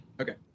Okay